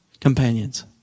companions